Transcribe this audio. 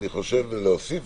אני חושב להוסיף